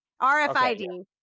RFID